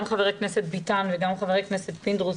גם ח"כ ביטן וגם ח"כ פינדרוס,